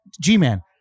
G-Man